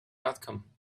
outcome